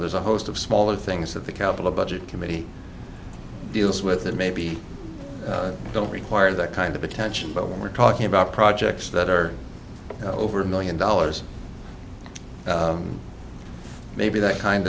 there's a host of smaller things that the capital budget committee deals with that maybe don't require that kind of attention but we're talking about projects that are over a million dollars maybe that kind